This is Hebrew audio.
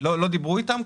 לא דיברו איתם?